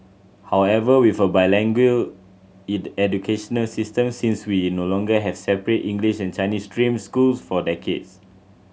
however with a bilingual education system since we no longer have separate English and Chinese stream schools for decades